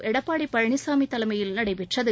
எடப்பாடி பழனிசாமி தலைமையில் நடைபெற்றது